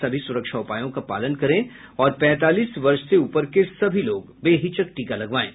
सभी सुरक्षा उपायों का पालन करें और पैंतालीस वर्ष से ऊपर के सभी लोग बेहिचक टीका लगवाएं